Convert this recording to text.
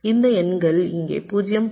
இந்த எண்கள் இங்கே 0